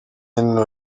henry